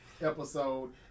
episode